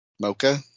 mocha